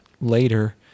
later